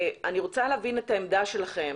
אני רוצה להבין את העמדה שלכם.